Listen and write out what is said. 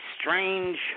strange